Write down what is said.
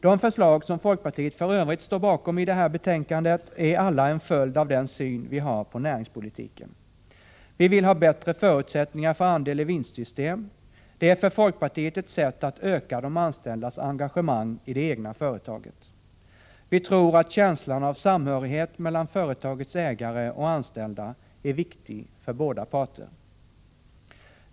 De förslag som folkpartiet för övrigt står bakom i det här betänkandet är alla en följd av den syn vi har på näringspolitiken. Vi vill ha bättre förutsättningar för andel-i-vinst-system. Det är för folkpartiet ett sätt att öka de anställdas engagemang i det egna företaget. Vi tror att känslan av samhörighet mellan företagets ägare och anställda är viktig för båda parter.